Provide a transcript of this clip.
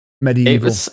medieval